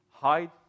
hide